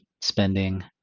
spending